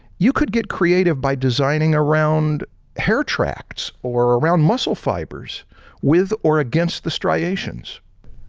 you could get creative by designing around hair tracks or around muscle fibers with or against this triations.